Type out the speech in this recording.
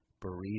Burrito